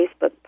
Facebook